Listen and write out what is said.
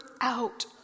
out